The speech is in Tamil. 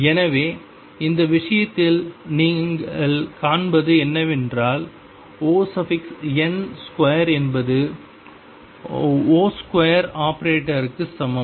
எனவே இந்த விஷயத்தில் நீங்கள் காண்பது என்னவென்றால் On2என்பது ⟨O2⟩ க்கு சமம்